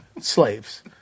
slaves